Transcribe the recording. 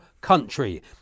Country